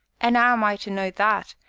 an' ow am i to know that,